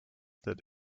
that